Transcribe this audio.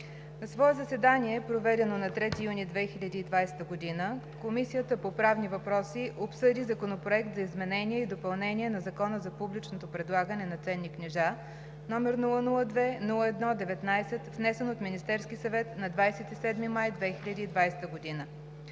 На свое заседание, проведено на 3 юни 2020 г., Комисията по правни въпроси обсъди Законопроект за изменение и допълнение на Закона за публичното предлагане на ценни книжа, № 002-01-19, внесен от Министерския съвет на 27 май 2020 г.